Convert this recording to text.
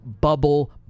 bubble